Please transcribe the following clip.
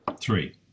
Three